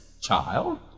child